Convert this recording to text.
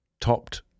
topped